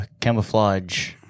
camouflage